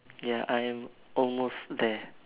ya I am almost there